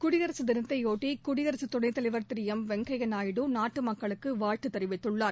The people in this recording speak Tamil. குடியரசு தினத்தையொட்டி குடியரசு துணைத்தலைவர் திரு எம் வெங்கையா நாயுடு நாட்டு மக்களுக்கு வாழ்த்து தெரிவித்துள்ளார்